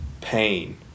pain